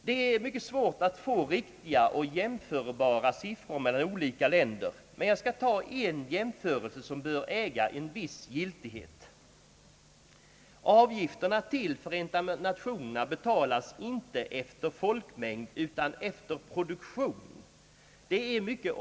Det är svårt att få riktiga och jämförbara siffror från olika länder, men jag skall göra en jämförelse som bör äga en viss giltighet. Avgifterna till FN betalas inte efter folkmängd utan efter produktion.